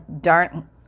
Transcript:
darn